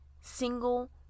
single